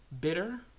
bitter